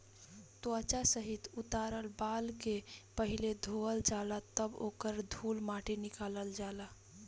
त्वचा सहित उतारल बाल के पहिले धोवल जाला तब ओकर धूल माटी निकालल जाला